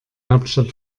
hauptstadt